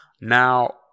Now